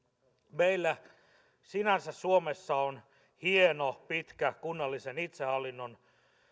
meillä suomessa on hieno pitkä kunnallisen itsehallinnon